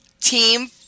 Team